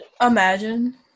Imagine